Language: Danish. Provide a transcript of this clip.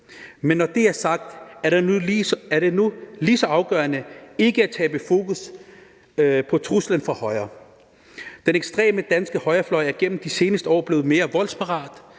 Men når det er sagt, er det nu lige så afgørende ikke at tabe fokus på truslen fra højre. Den ekstreme danske højrefløj er gennem de seneste år blevet mere voldsparat,